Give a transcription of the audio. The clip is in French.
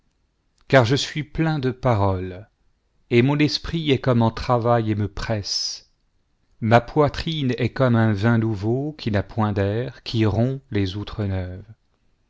car je suis plein de paroles et mon esprit est comme en travail et me presse ma poitrine est comme un vin nouveau qui n'a point d'air qui rompt les outres neuves